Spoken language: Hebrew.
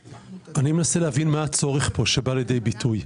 אני מנסה להבין מה הצורך פה שבא לידי ביטוי.